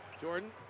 Jordan